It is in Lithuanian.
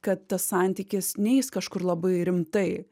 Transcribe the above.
kad tas santykis neis kažkur labai rimtai